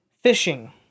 fishing